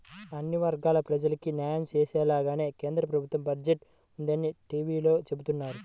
అన్ని వర్గాల ప్రజలకీ న్యాయం చేసేలాగానే కేంద్ర ప్రభుత్వ బడ్జెట్ ఉందని టీవీలో చెబుతున్నారు